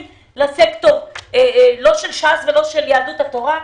לסקטור לא של ש"ס ולא של יהדות התורה.